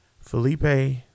Felipe